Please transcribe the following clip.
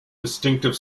distinctive